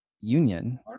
union